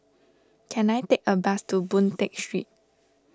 can I take a bus to Boon Tat Street